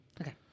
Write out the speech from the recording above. okay